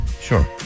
Sure